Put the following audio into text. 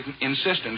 insistence